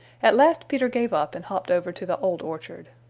at last peter gave up and hopped over to the old orchard.